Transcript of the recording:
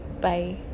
Bye